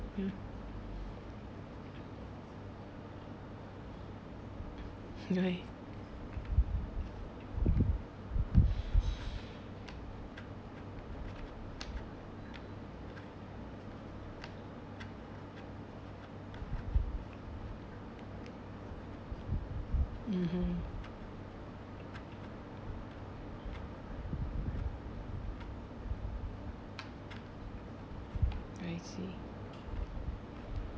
mm (uh huh) I see